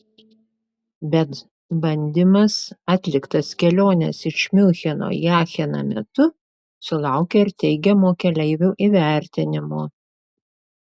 bet bandymas atliktas kelionės iš miuncheno į acheną metu sulaukė ir teigiamo keleivių įvertinimo